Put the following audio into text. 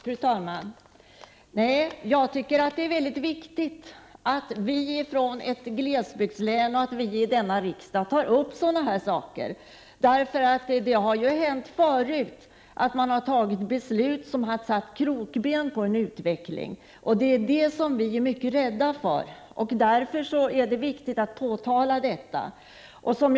Fru talman! Jag tycker att det är mycket viktigt att vi från ett glesbygdslän tar upp sådana här saker i riksdagen. Det har ju hänt förr att man fattat beslut som har satt krokben för en utveckling, och det är vi rädda för. Därför är det viktigt att påtala sådana här saker.